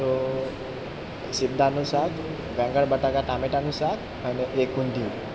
તો સિંગદાણનું શાક રીંગણ બટાકા ટામેટાનું શાક અને એક ઊંધિયું